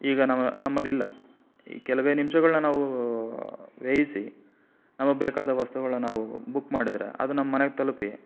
ಈಗ ನಮ್ಮ ನಮ್ಮಲ್ಲಿಲ್ಲ ಈ ಕೆಲವೇ ನಿಮಿಷಗಳ್ನ ನಾವೂ ವ್ಯಯಿಸಿ ನಮಗೆ ಬೇಕಾದ ವಸ್ತುಗಳನ್ನ ನಾವು ಬುಕ್ ಮಾಡಿದರೆ ಅದು ನಮ್ಮನೆಗೆ ತಲುಪಿ